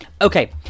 Okay